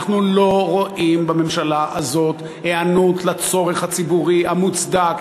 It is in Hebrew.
אנחנו לא רואים בממשלה הזאת היענות לצורך הציבורי המוצדק,